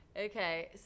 Okay